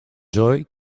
joy